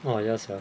orh ya sia